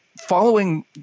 following